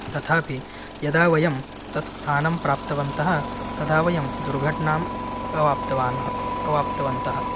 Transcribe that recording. तथापि यदा वयं तत् स्थानं प्राप्तवन्तः तदा वयं दुर्घटनाम् अवाप्तवान् अवाप्तवन्तः